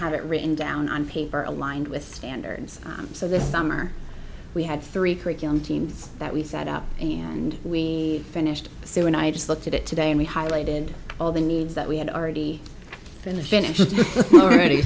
have it written down on paper aligned with standards so this summer we had three curriculum teams that we set up and we finished sue and i just looked at it today and we highlighted all the needs that we had already in the finished already